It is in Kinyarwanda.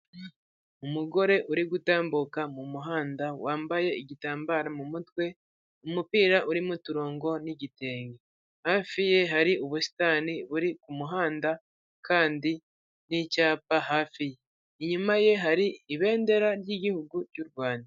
Umugore uri gutambuka mu muhanda wambaye igitambaro mu mutwe, umupira urimoturongo n'gitenge hafi ye hari ubusitani buri ku muhanda kandi n'icyapa hafi inyuma ye hari ibendera ry'igihugu cy'urwanda.